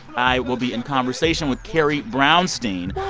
i will be in conversation with carrie brownstein